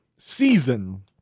Season